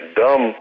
dumb